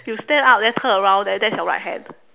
you stand up then turn around then that's your right hand